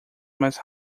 mais